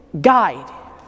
guide